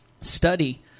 study